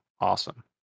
awesome